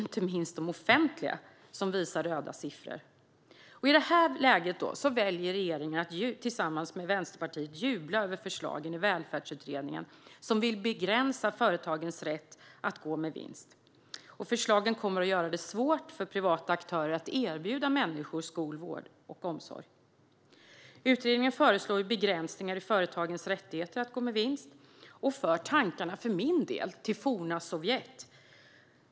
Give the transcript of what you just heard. Inte minst offentliga visar röda siffror. I det här läget väljer regeringen att tillsammans med Vänsterpartiet jubla över förslagen i Välfärdsutredningen, som vill begränsa företagens rätt att gå med vinst. Förslagen kommer att göra det svårt för privata aktörer att erbjuda människor skola, vård och omsorg. Utredningen föreslår begränsningar i företagens rätt att gå med vinst. För min del för detta tankarna till forna Sovjet.